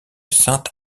sainte